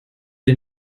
den